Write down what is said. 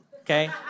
okay